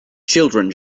children